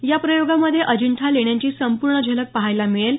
या प्रयोगामध्ये अजिंठा लेण्यांची संपूर्ण झलक पहायला मिळेल